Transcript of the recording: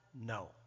No